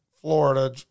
Florida